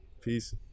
Peace